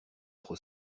trop